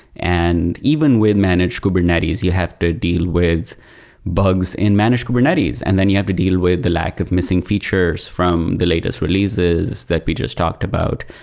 and even with managed kubernetes, you have to deal with bugs in managed kubernetes, and then you have to deal with the lack of missing features from the latest releases that we just talked about.